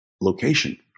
location